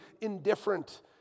indifferent